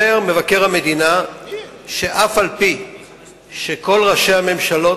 מבקר המדינה אומר שאף-על-פי שכל ראשי הממשלות